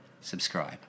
subscribe